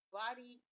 body